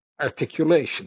articulation